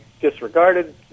disregarded